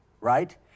right